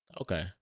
okay